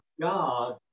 God